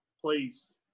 please